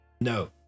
no